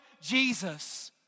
Jesus